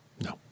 No